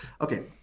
Okay